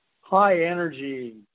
high-energy